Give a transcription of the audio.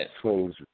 swings